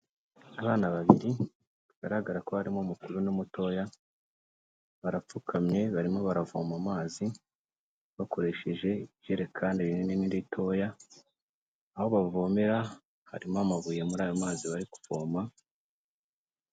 Abana babiri bagaragara ko harimo umukuru n'umutoya, barapfukamye barimo baravoma amazi, bakoresheje ijerekani rinini n'iritoya, aho bavomera harimo amabuye muri ayo mazi bari kuvoma.